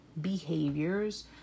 behaviors